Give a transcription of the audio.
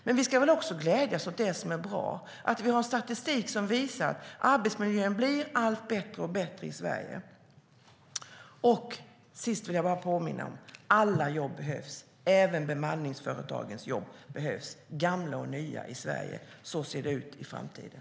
Men vi ska väl också glädjas åt det som är bra, att vi har statistik som visar att arbetsmiljön blir bättre och bättre i Sverige. Sist vill jag bara påminna om att alla jobb behövs, även bemanningsföretagens jobb, gamla och nya i Sverige. Så ser det ut i framtiden.